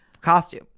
costume